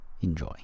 Enjoy